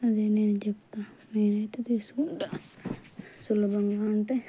అదే నేను చెప్తాను నేనైతే తీసుకుంటాను సులభంగా ఉంటే